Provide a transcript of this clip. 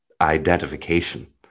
identification